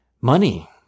money